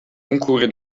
concourir